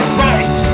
right